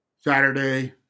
Saturday